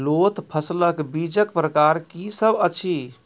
लोत फसलक बीजक प्रकार की सब अछि?